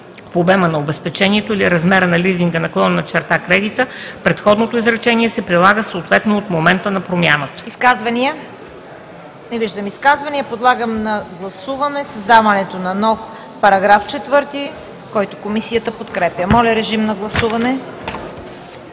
в обема на обезпечението или размера на лизинга/кредита, предходното изречение се прилага съответно от момента на промяната.“